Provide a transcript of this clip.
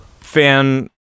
fan